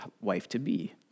wife-to-be